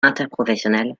interprofessionnel